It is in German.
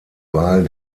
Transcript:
wahl